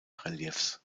reliefs